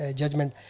judgment